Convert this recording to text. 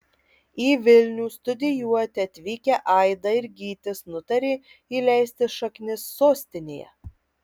į vilnių studijuoti atvykę aida ir gytis nutarė įleisti šaknis sostinėje